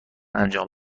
انجام